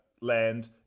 Land